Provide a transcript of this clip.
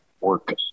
work